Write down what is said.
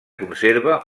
conserva